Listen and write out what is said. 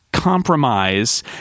compromise